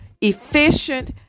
efficient